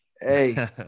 Hey